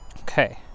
Okay